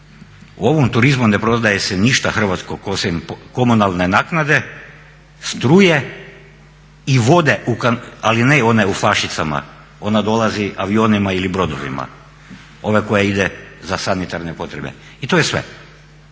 U ovom turizmu ne prodaje se ništa hrvatskog osim komunalne naknade, struje i vode, ali ne one u flašicama ona dolazi avionima ili brodovima, ove koja ide za sanitarne potrebe i to je sve.